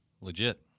Legit